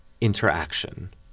interaction